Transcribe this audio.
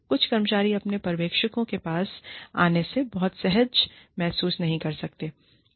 कुछ कर्मचारी अपने पर्यवेक्षकों के पास आने में बहुत सहज महसूस नहीं कर सकते हैं